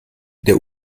der